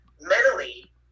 mentally